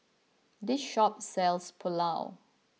this shop sells Pulao